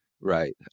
Right